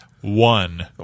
One